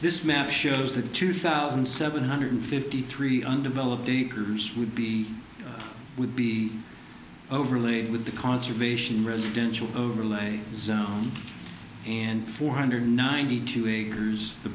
this map shows that two thousand seven hundred fifty three undeveloped groups would be would be overlaid with the conservation residential overlay zone and four hundred ninety two acres the